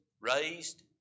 raised